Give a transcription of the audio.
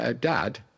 Dad